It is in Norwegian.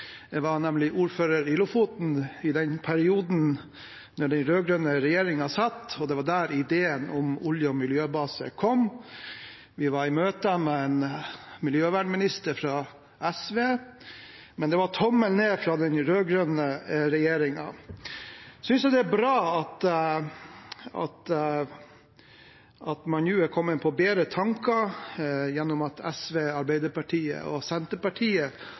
var der ideen om olje- og miljøbase kom. Vi var i møte med en miljøvernminister fra SV, men det var tommel ned fra den rød-grønne regjeringen. Jeg synes det er bra at man nå er kommet på bedre tanker, gjennom at SV, Arbeiderpartiet og Senterpartiet